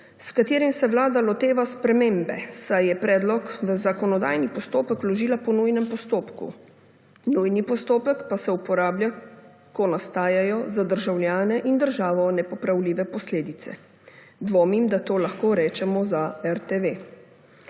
s katerim se vlada loteva spremembe, saj je predlog v zakonodajni postopek vložila po nujnem postopku. Nujni postopek pa se uporablja, ko nastajajo za državljane in državo nepopravljive posledice. Dvomim, da to lahko rečemo za RTV.